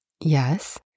Yes